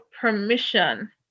permission